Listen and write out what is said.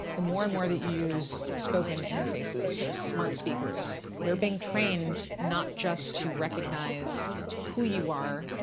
the more and more that you use spoken interfaces so smart speakers they're being trained not just to recognize who you are,